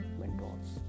mentors